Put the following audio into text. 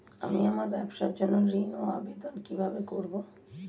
আমি আমার ব্যবসার জন্য ঋণ এর আবেদন কিভাবে করব?